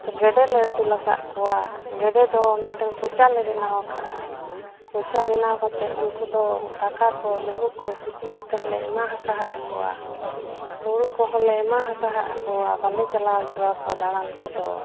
ᱜᱮᱰᱮ ᱞᱮ ᱟᱹᱥᱩᱞ ᱟᱠᱟᱫ ᱠᱚᱣᱟ ᱜᱮᱰᱮ ᱫᱚ ᱢᱤᱫᱴᱟᱱ ᱠᱚᱪᱟᱞᱮ ᱵᱮᱱᱟᱣ ᱟᱠᱟᱫᱟ ᱠᱚᱪᱟ ᱵᱮᱱᱟᱣ ᱠᱟᱛᱮᱫ ᱩᱱᱠᱩ ᱫᱚ ᱫᱟᱠᱟ ᱠᱚ ᱞᱩᱵᱩᱜ ᱠᱚ ᱥᱤᱯᱤ ᱠᱟᱛᱮᱫ ᱞᱮ ᱮᱢᱟ ᱟᱠᱟᱫ ᱠᱚᱣᱟ ᱦᱩᱲᱩ ᱠᱚᱦᱚᱸᱞᱮ ᱮᱢᱟ ᱟᱠᱟᱫ ᱠᱚᱣᱟ ᱵᱟᱞᱮ ᱪᱟᱞᱟᱣ ᱦᱚᱪᱚ ᱟᱠᱚᱣᱟ ᱫᱟᱬᱟᱱ ᱠᱚᱫᱚ